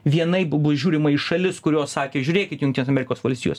vienaip bus žiūrima į šalis kurios sakė žiūrėkit jungtinės amerikos valstijos